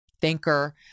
thinker